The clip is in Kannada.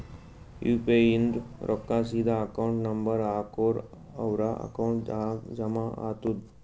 ಯು ಪಿ ಐ ಇಂದ್ ರೊಕ್ಕಾ ಸೀದಾ ಅಕೌಂಟ್ ನಂಬರ್ ಹಾಕೂರ್ ಅವ್ರ ಅಕೌಂಟ್ ನಾಗ್ ಜಮಾ ಆತುದ್